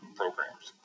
programs